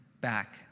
back